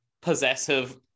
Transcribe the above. possessive